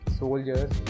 soldiers